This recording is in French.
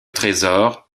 trésor